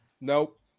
Nope